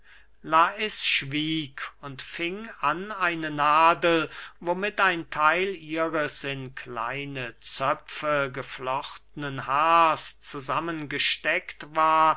lais schwieg und fing an eine nadel womit ein theil ihres in kleine zöpfe geflochtnen haars zusammengesteckt war